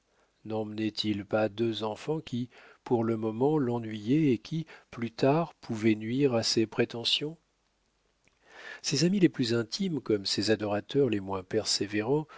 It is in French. nemmenait il pas deux enfants qui pour le moment l'ennuyaient et qui plus tard pouvaient nuire à ses prétentions ses amis les plus intimes comme ses adorateurs les moins persévérants